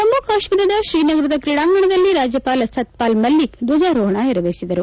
ಜಮ್ಮ ಕಾಶ್ಮೀರದ ಶ್ರೀನಗರದ ಕ್ರೀಡಾಂಗಣದಲ್ಲಿ ರಾಜ್ಯಪಾಲ ಸತ್ತಪಾಲ್ ಮಲ್ಲಿಕ್ ಧ್ವಜಾರೋಪಣ ನೆರವೇರಿಸಿದರು